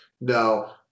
No